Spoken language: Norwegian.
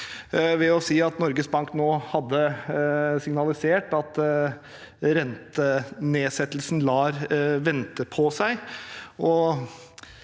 ved å si at Norges Bank nå hadde signalisert at rentenedsettelsen lar vente på seg.